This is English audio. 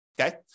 okay